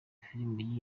filimi